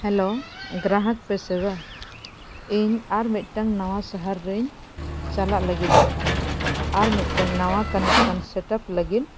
ᱜᱨᱟᱦᱠ ᱯᱟᱨᱤᱥᱮᱵᱟ ᱤᱧ ᱟᱨ ᱢᱤᱫᱴᱟᱝ ᱱᱟᱣᱟ ᱥᱟᱦᱟᱨ ᱨᱤᱧ ᱪᱟᱞᱟᱜ ᱞᱟᱹᱜᱤᱫᱚᱜ ᱠᱟᱱᱟ ᱟᱨ ᱢᱤᱫᱴᱮᱱ ᱱᱟᱣᱟ ᱞᱟᱹᱜᱤᱫ